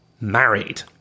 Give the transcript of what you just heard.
married